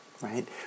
Right